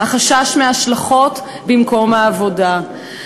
החשש מהשלכות במקום העבודה.